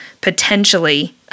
potentially